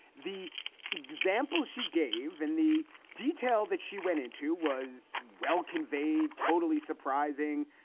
the example she gave in the detail that she went into was well conveyed, totally surprising,